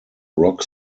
rock